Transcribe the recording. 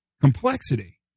complexity